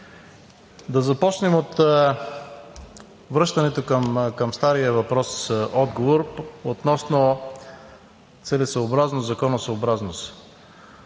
Да започнем от връщането към стария въпрос-отговор относно целесъобразност – законосъобразност.